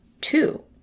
two